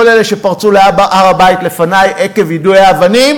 כל אלה שפרצו להר-הבית לפני עקב יידויי האבנים